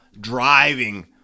driving